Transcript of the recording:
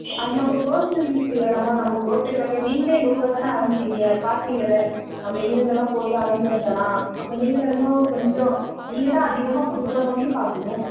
அது நம்ம பெர்சனல் யூஸ்சுக்கு இல்லைல்லம்மா நம்ம கோர்ட்டுக்கு கட்டணும் நீங்கள் எங்கள்கூடதான அலைஞ்சீங்க பார்த்தீங்கள்ல நம்ம எங்கெங்கெல்லாம் போய் அலைஞ்சிட்டோம் எல்லாம் அப்போ நீங்கள்தானம்மா கொஞ்சம் நீங்கள்தான் அதிகமாக கொடுக்கற மாதிரியும் பார்க்கணும்